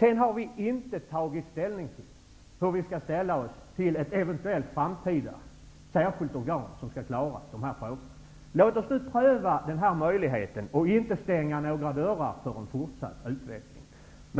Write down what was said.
Vi har inte bestämt hur vi skall ställa oss till ett eventuellt framtida särskilt organ som skall klara dessa frågor. Låt oss nu pröva denna möjlighet och inte stänga några dörrar för en fortsatt utveckling.